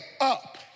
up